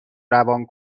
روان